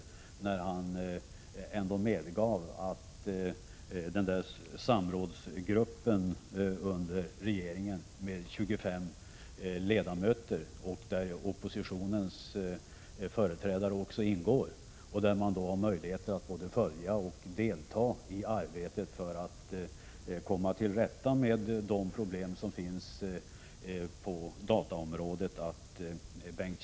Han medgav ju ändå att också oppositionens företrädare ingår i samrådsgruppen under regeringen med 25 ledamöter. Där har alla möjlighet att följa och delta i arbetet med att komma till rätta med problemen på dataområdet.